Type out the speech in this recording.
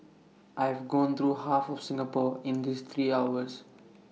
I have gone through half of Singapore in these three hours